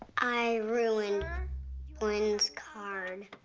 i ruined blynn's card.